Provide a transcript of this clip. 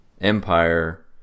Empire